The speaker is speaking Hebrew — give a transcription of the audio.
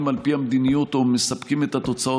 על פי המדיניות או מספקים את התוצאות,